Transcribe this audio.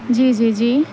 جی جی جی